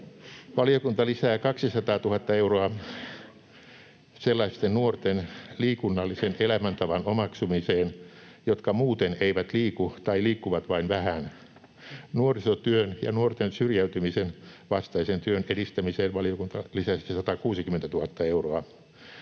Valiokunta lisää 200 000 euroa sellaisten nuorten liikunnallisen elämäntavan omaksumiseen, jotka muuten eivät liiku tai liikkuvat vain vähän. Nuorisotyön ja nuorten syrjäytymisen vastaisen työn edistämiseen valiokunta lisäsi 160 000 euroa.